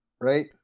right